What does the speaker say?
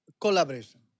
collaboration